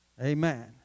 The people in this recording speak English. Amen